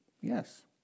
Yes